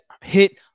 hit